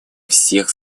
всех